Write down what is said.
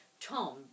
Tom